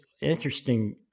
interesting